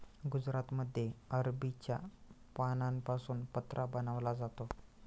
गुजरातमध्ये अरबीच्या पानांपासून पत्रा बनवला जातो